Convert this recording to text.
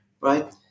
Right